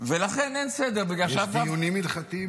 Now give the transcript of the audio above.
ולכן אין סדר --- יש דיונים הלכתיים